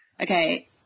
okay